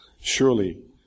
Surely